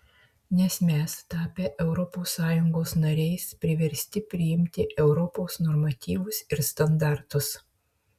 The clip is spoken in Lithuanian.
nes mes tapę europos sąjungos nariais priversti priimti europos normatyvus ir standartus